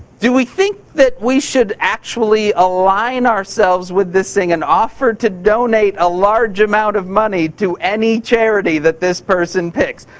do we think that we should actually align ourselves with this thing and offer to donate a large amount of money to any charity that this person picks?